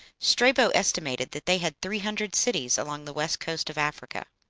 strabo estimated that they had three hundred cities along the west coast of africa.